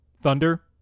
Thunder